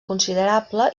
considerable